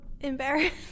embarrassed